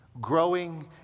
growing